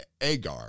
Agar